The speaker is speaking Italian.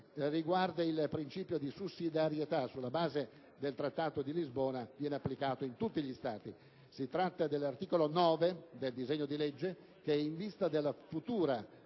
del principio di sussidiarietà che, sulla base del Trattato di Lisbona, viene applicato in tutti gli Stati. Si tratta dell'articolo 9 del disegno di legge che, in vista della futura